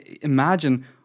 imagine